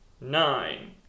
Nine